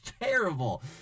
terrible